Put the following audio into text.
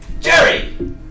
Jerry